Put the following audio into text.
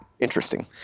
Interesting